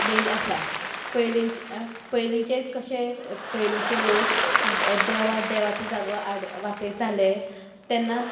बेज आसा पयलींचे पयलींचे कशे पयलींचे लोक देवा देवाचो जागो आड वाचयताले तेन्ना